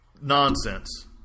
nonsense